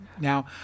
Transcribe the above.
Now